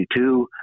1992